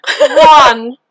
One